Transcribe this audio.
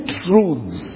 truths